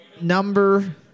number